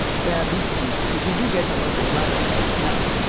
where are these trees, because we do get a lot of landslides now,